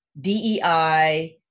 DEI